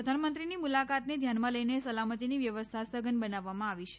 પ્રધાનમંત્રીની મુલાકાતને ધ્યાનમાં લઈને સલામતીની વ્યવસ્થા સઘન બનાવવામાં આવી છે